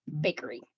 bakery